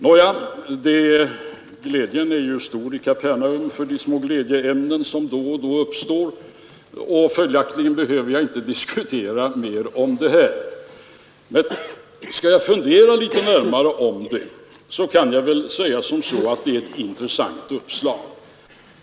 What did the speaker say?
Nåja, glädjen är ju stor i Kapernaum över de små glädjeämnen som då och då uppstår, och följaktligen behöver jag inte diskutera mer om det här. Men skall jag fundera litet närmare på det, kan jag väl säga som så, att det är ett intressant uppslag.